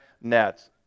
nets